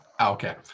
Okay